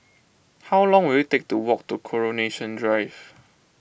how long will it take to walk to Coronation Drive